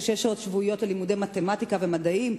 שש שעות שבועיות ללימודי מתמטיקה ומדעים,